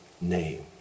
name